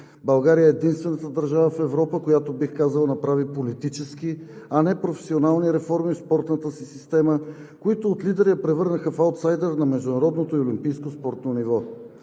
България е единствената държава в Европа, която, бих казал, направи политически, а не професионални реформи в спортната си система, които от лидер я превърнаха в аутсайдер на международното и олимпийското спортно ниво.